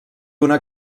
una